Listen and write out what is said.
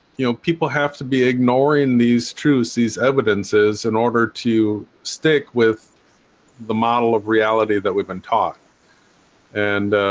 you know people have to be ignoring these truths these evidences in order to stick with the model of reality that we've been taught and